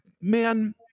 man